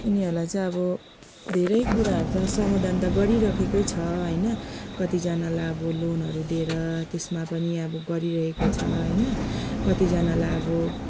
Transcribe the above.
उनीहरूलाई चाहिँ अब धेरै कुराहरू त समाधान त गरिराखेकै छ होइन कतिजनालाई अब लोनहरू दिएर त्यसमा पनि अब गरिरहेको छ होइन कतिजनालाई अब